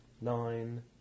Nine